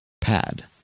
pad